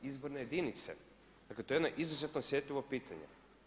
Izborne jedinice, dakle to je jedno izuzetno osjetljivo pitanje.